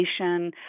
education